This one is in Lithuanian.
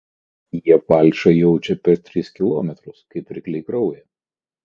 jie falšą jaučia per tris kilometrus kaip rykliai kraują